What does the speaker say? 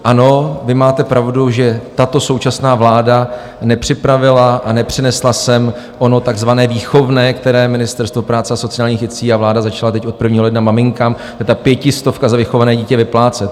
Ano, vy máte pravdu, že tato současná vláda nepřipravila a nepřinesla sem ono takzvané výchovné, které Ministerstvo práce a sociálních věcí a vláda začaly teď od 1. ledna maminkám, to je ta pětistovka za vychované dítě, vyplácet.